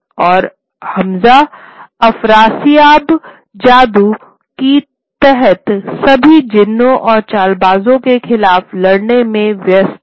और हमजा अफरासियाब जादू के तहत सभी जिन्नों और चालबाजों के खिलाफ लड़ने में व्यस्त है